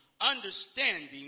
understanding